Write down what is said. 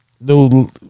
no